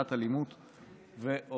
עבירת אלימות ועוד.